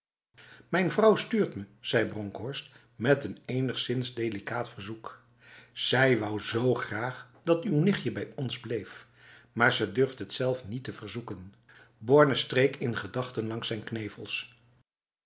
mijn vrouw stuurt me zei bronkhorst met een enigszins delicaat verzoek zij wou zo graag dat uw nichtje bij ons bleef maar ze durft het zelf niet te verzoekenf borne streek in gedachten langs zijn knevels